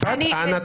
בנימוס ושואלת.